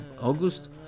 August